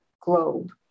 globe